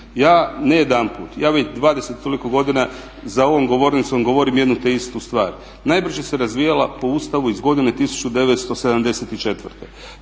Ja ne jedanput, ja već 20 i koliko godina za ovom govornicom govorim jednu te istu stvar. Najbrže se razvijala po Ustavu iz godine 1974.